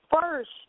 first